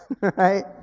right